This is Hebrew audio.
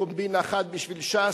קומבינה אחת בשביל ש"ס,